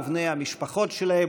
ובני המשפחות שלהם,